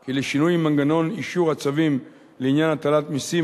כי לשינוי מנגנון אישור הצווים לעניין הטלת מסים